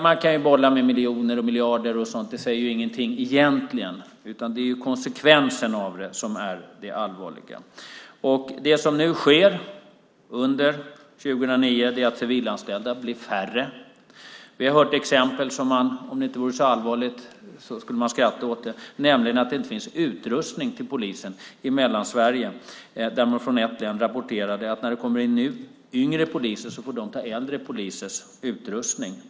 Man kan bolla med miljoner, miljarder och sådant. Egentligen säger det ingenting, utan det är konsekvensen som är det allvarliga. Det som sker nu under år 2009 är att de civilanställda blir färre. Vi har hört om exempel som man om det inte vore så allvarligt skulle skratta åt, nämligen att det inte finns utrustning till polisen i Mellansverige. Från ett län där har det rapporterats att yngre poliser som kommer in får ta äldre polisers utrustning.